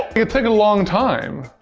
it took a long time.